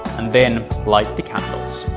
and then light the candles.